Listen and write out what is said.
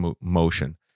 motion